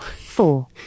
four